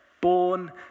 born